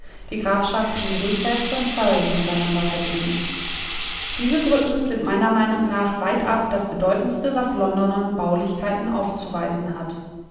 die grafschaften middlesex und surrey miteinander verbinden diese brücken sind meiner meinung nach weitab das bedeutendste was london an baulichkeiten aufzuweisen hat